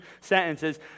sentences